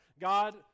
God